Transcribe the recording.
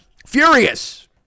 furious